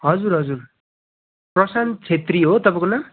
हजुर हजुर प्रशान्त छेत्री हो तपाईँको नाम